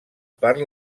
per